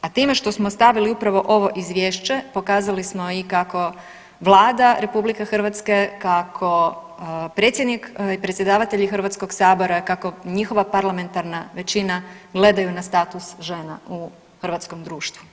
A time što smo stavili upravo ovo izvješće pokazali smo i kako Vlada RH, kako predsjednik i predsjedavatelji Hrvatskog sabora, kako njihova parlamentarna većina gledaju na status žena u hrvatskom društvu.